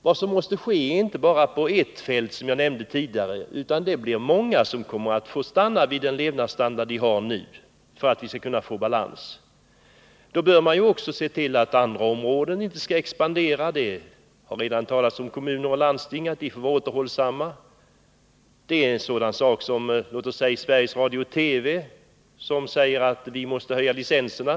Vad som måste ske kan inte göras bara på ett fält, som jag nämnde tidigare, utan det blir många som kommer att få stanna på den levnadsstandard de har nu för att vi skall kunna få balans. Då bör man också se till att andra områden inte expanderar. Det har redan talats om att kommuner och landsting får vara återhållsamma. Sveriges Radio och TV säger att de måste höja licenserna.